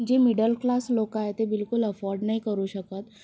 जे middle class लोकं आहेत ते बिलकुल अफोर्ड नाही करू शकत